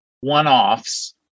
one-offs